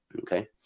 okay